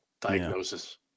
diagnosis